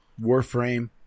Warframe